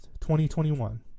2021